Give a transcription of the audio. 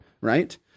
right